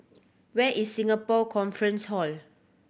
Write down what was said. where is Singapore Conference Hall